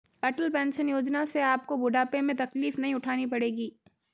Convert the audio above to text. अटल pension योजना से आपको बुढ़ापे में तकलीफ नहीं उठानी पड़ेगी